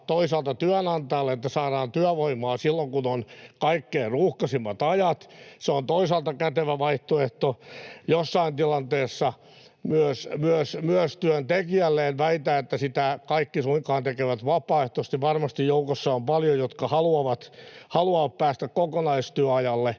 toisaalta työnantajalle, että saadaan työvoimaa silloin kun on kaikkein ruuhkaisimmat ajat, ja se on toisaalta kätevä vaihtoehto jossain tilanteessa myös työntekijälle. En väitä, että sitä kaikki suinkaan tekevät vapaaehtoisesti, vaan varmasti joukossa on paljon sellaisia, jotka haluavat päästä kokonaistyöajalle.